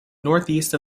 northeast